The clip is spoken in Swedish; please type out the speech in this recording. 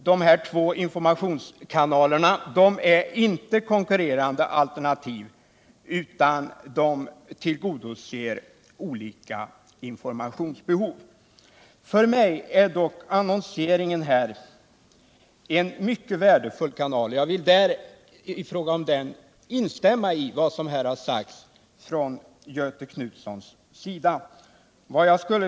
De två informationskanalerna är inte, vilket har sagts här, konkurrerande alternativ, utan de tillgodoser olika informationsbehov. För mig är dock annonseringen en mycket värdefull kanal. Jag vill i fråga om den instämma i vad Göthe Knutson sagt.